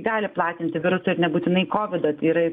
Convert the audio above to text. gali platinti virusą ir nebūtinai covidas yra